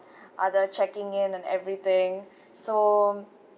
other checking in and everything so